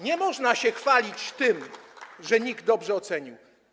Nie można się chwalić tym, że NIK dobrze ocenił.